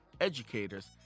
educators